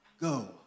go